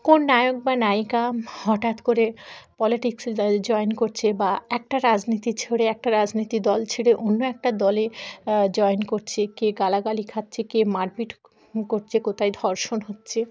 কোন নায়ক বা নায়িকা হঠাৎ করে পলিটিক্সে জয়েন করছে বা একটা রাজনীতি ছেড়ে একটা রাজনীতি দল ছেড়ে অন্য একটা দলে জয়েন করছে কে গালাগালি খাচ্ছে কে মারপিট করছে কোথায় ধর্ষণ হচ্ছে